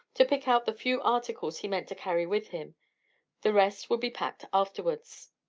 to pick out the few articles he meant to carry with him the rest would be packed afterwards.